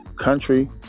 country